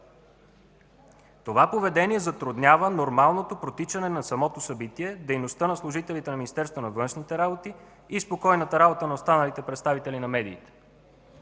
Това поведение затруднява нормалното протичане на самото събитие, дейността на служителите на Министерството на външните работи и спокойната работа на останалите представители на медиите.